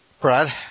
Brad